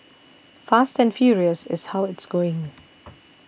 fast and furious is how it's going